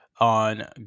on